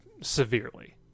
severely